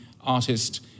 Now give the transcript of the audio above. artist